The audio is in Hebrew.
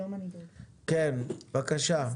רביד, בבקשה.